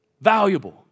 valuable